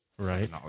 Right